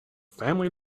family